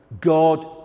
God